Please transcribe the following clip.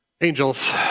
Angels